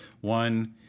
one